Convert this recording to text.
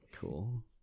Cool